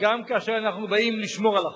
גם כאשר אנחנו באים לשמור על החוק.